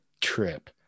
trip